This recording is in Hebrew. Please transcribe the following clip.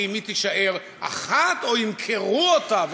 האם היא תישאר אחת או ימכרו אותה?